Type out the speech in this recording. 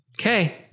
Okay